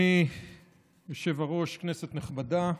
אדוני היושב-ראש, כנסת נכבדה,